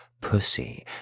pussy